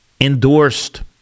endorsed